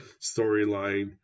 storyline